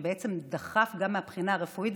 שדחף גם מהבחינה הרפואית,